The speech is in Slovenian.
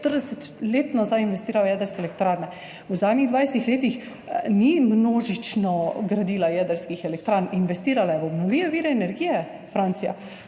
60 let nazaj investirala v jedrske elektrarne. V zadnjih 20 letih ni množično gradila jedrskih elektrarn, investirala je v obnovljive vire energije. Francija